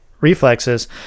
reflexes